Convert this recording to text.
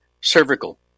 cervical